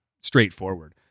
straightforward